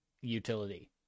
utility